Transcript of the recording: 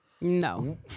No